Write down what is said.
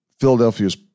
Philadelphia's